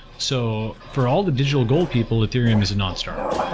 so for all the digital gold people, ethereum is a non-starter,